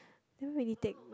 don't really take